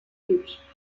toutes